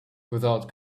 without